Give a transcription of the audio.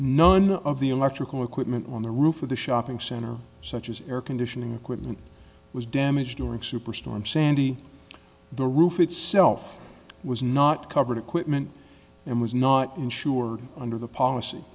none of the electrical equipment on the roof of the shopping center such as air conditioning equipment was damaged during superstorm sandy the roof itself was not covered equipment and was not insured under the